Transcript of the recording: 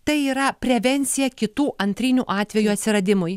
tai yra prevencija kitų antrinių atvejų atsiradimui